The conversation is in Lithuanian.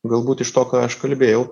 galbūt iš to ką aš kalbėjau